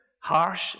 harsh